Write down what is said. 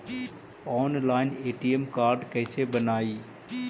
Online ATM card कैसे बनाई?